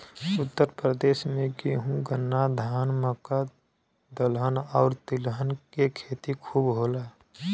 उत्तर प्रदेश में गेंहू, गन्ना, धान, मक्का, दलहन आउर तिलहन के खेती खूब होला